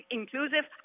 inclusive